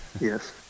Yes